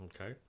Okay